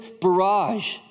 barrage